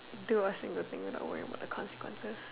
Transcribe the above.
do a single thing without worrying about the consequences